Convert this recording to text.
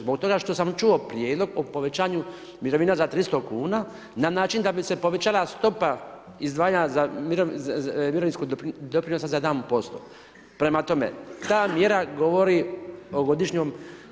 Zbog toga što sam čuo prijedlog o povećanju mirovina za 300 kn, na način da bi se povećala stopa izdvajanja za mirovinsku doprinosa za … prema tome, ta mjera govori o godišnjoj